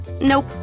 Nope